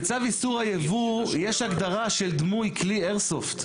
בצו איסור הייבוא יש הגדרה של דמוי כלי איירסופט.